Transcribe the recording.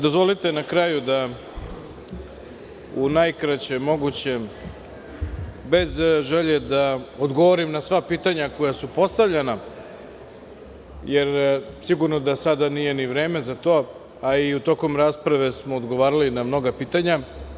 Dozvolite da na kraju u najkraćem mogućem, bez želje da odgovorim na sva pitanja koja su postavljena, jer sigurno da sada nije ni vreme za to, a i tokom rasprave smo odgovarali na mnoga pitanja.